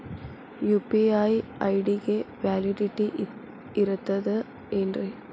UPI ID ಗೆ validity ಇರತದ ಏನ್ರಿ?